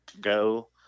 go